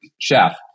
chef